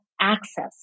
access